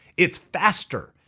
it's faster,